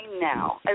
now